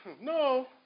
no